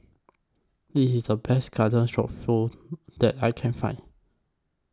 This IS The Best Garden Stroganoff that I Can Find